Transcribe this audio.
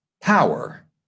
power